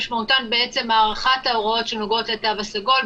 משמעותן הארכת ההוראות שנוגעות לתו הסגול,